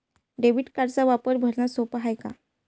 Debit कार्डचा वापर भरनं सोप हाय का?